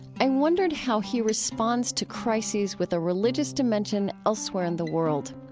i wondered how he responds to crises with a religious dimension elsewhere in the world.